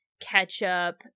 ketchup